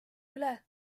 üle